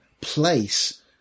place